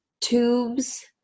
tubes